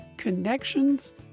connections